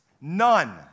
None